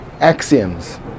axioms